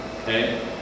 okay